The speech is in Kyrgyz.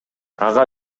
ага